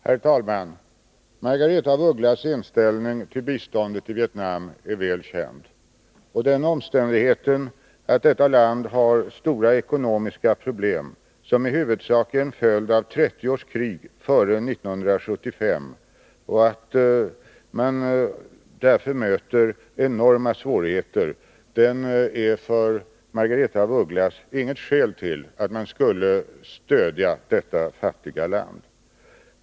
Herr talman! Margaretha af Ugglas inställning till biståndet i Vietnam är väl känd. Den omständigheten att detta land har stora ekonomiska problem som huvudsakligen är en följd av 30 års krig före 1975 och att man därför möter enorma svårigheter, är för Margaretha af Ugglas inget skäl till att vi skall stödja detta fattiga land.